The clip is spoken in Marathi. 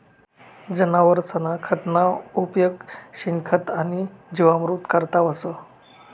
जनावरसना खतना उपेग शेणखत आणि जीवामृत करता व्हस